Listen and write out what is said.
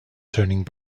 turning